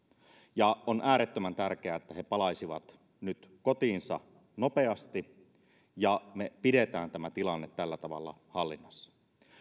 piiriin on äärettömän tärkeää että he palaisivat nyt kotiinsa nopeasti ja pidetään tämä tilanne tällä tavalla hallinnassa